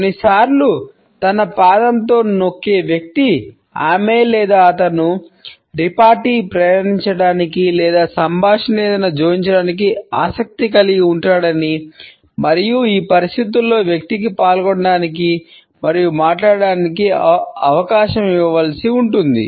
కొన్నిసార్లు తన పాదంతో నొక్కే వ్యక్తి ఆమె లేదా అతను రిపార్టీపై ప్రయాణించడానికి లేదా సంభాషణకు ఏదైనా జోడించడానికి ఆసక్తి కలిగి ఉంటాడని మరియు ఈ పరిస్థితిలో వ్యక్తికి పాల్గొనడానికి మరియు మాట్లాడటానికి అవకాశం ఇవ్వవలసి ఉంటుంది